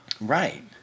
Right